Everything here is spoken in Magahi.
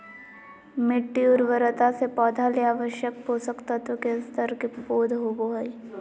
मिटटी उर्वरता से पौधा ले आवश्यक पोषक तत्व के स्तर के बोध होबो हइ